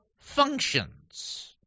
functions